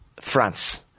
France